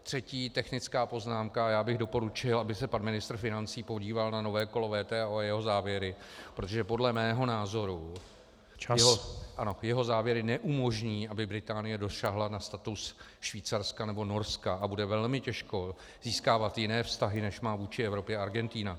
Třetí technická poznámka, a já bych doporučil, aby se pan ministr financí podíval na nové kolo WTO a jeho závěry, protože podle mého názoru jeho závěry neumožní, aby Británie dosáhla na status Švýcarska anebo Norska, a bude velmi těžko získávat jiné vztahy, než má vůči Evropě Argentina.